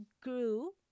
grew